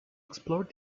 explored